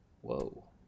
Whoa